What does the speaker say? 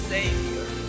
Savior